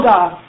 God